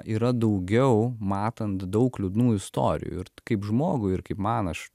yra daugiau matant daug liūdnų istorijų ir kaip žmogui ir kaip man aš